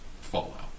Fallout